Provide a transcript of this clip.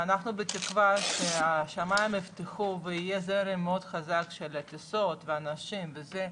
ואנחנו בתקווה שהשמים ייפתחו ויהיה זרם מאוד חזק של טיסות ואנשים וזה,